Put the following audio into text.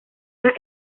las